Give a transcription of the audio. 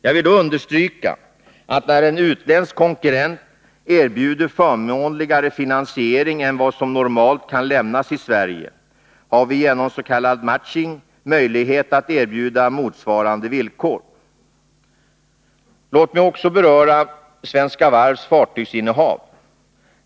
Jag vill då understryka att när en utländsk konkurrent erbjuder förmånligare finansiering än vad som normalt kan ges i Sverige, har vi genom s.k. matching möjlighet att erbjuda motsvarande villkor. Låt mig också beröra Svenska Varvs fartygsinnehav.